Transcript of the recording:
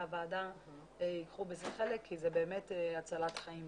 הוועדה ייקחו בזה חלק כי זה באמת הצלת חיים.